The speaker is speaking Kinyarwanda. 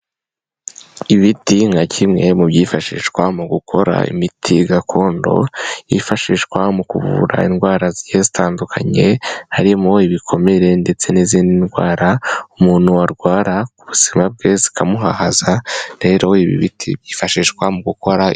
Ibiti nka kimwe mu byifashishwa mu gukora imiti gakondo, yifashishwa mu kuvura indwara zigiye zitandukanye, harimo ibikomere ndetse n'izindi ndwara, umuntu arwara buzima bwe zikamuhahaza, rero ibiti byifashishwa mu gukora.